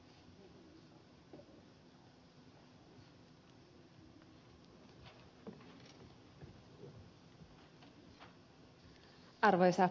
arvoisa puhemies